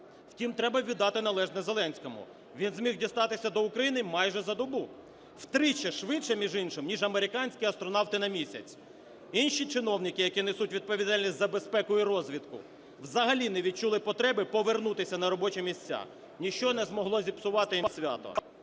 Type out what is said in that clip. Втім, треба віддати належне Зеленському – він змін дістатися до України майже за добу. Втричі швидше, між іншим, ніж американські астронавти на місяць. Інші чиновники, які несуть відповідальність за безпеку і розвідку, взагалі не відчули потреби повернутися на робочі місця. Ніщо не змогло зіпсувати їм свято.